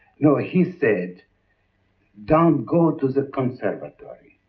no, ah he said don't go to the conservatory.